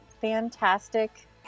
fantastic